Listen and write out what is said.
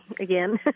again